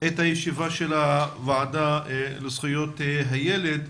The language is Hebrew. את ישיבת הוועדה המיוחדת לזכויות הילד.